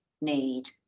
need